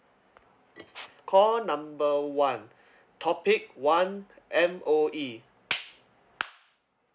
call number one topic one M_O_E